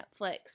Netflix